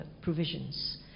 provisions